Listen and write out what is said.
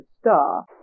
star